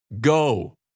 go